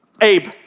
Abe